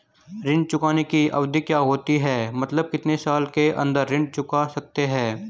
ऋण चुकाने की अवधि क्या होती है मतलब कितने साल के अंदर ऋण चुका सकते हैं?